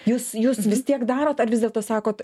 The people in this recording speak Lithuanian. jūs jūs vis tiek darot ar vis dėlto sakot